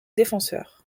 défenseurs